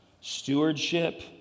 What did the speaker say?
stewardship